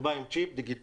הוא בא עם צ'יפ דיגיטלי,